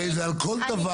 הרי זה על כל דבר.